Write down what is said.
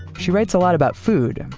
she writes a lot about food,